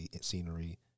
scenery